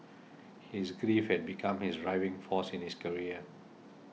his grief had become his driving force in his career